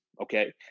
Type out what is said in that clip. Okay